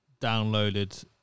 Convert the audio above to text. downloaded